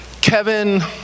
Kevin